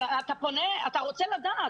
אבל אתה רוצה לדעת.